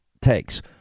takes